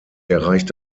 erreicht